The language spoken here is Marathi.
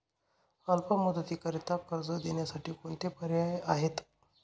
अल्प मुदतीकरीता कर्ज देण्यासाठी कोणते पर्याय आहेत?